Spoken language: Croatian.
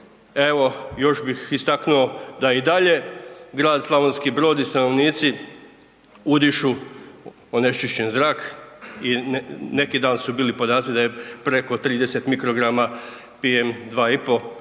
Evo, još bih istaknuo da je i dalje grad Slavonski Brod i stanovnici udišu onečišćen zrak i neki dan su bili podaci da je preko 30 mikrograma PM 2,5 i